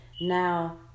now